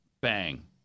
Bang